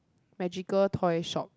magical toy shop